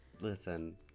Listen